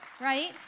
Right